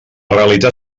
realitat